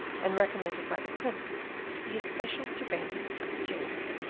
and recommended by the prince to the especial surveillance of the jailer.